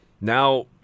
Now